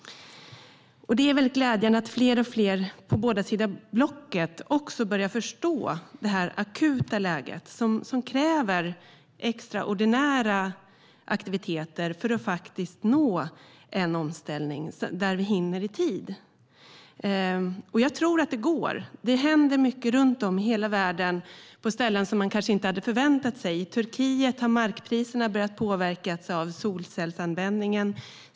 Det är glädjande att fler och fler i båda blocken börjar förstå det akuta läget, som kräver extraordinära aktiviteter för att faktiskt nå en omställning i tid. Jag tror att det går. Det händer mycket runt om i hela världen på ställen man kanske inte hade förväntat sig. I Turkiet har markpriserna börjat påverkas av solcellsanvändningen.